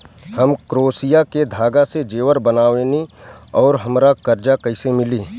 हम क्रोशिया के धागा से जेवर बनावेनी और हमरा कर्जा कइसे मिली?